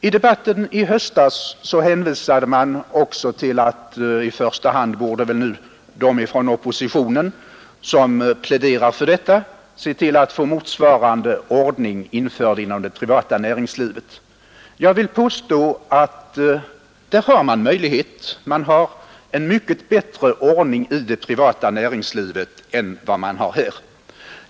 I debatten i höstas hänvisade man också till att i första hand de företrädare för oppositionen som pläderar för detta borde se till att få motsvarande ordning införd inom det privata näringslivet. Jag vill påstå att man där redan har möjlighet till aktivitet vid bolagsstämmorna. Man har en mycket bättre ordning inom det privata näringslivet än här.